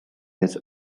his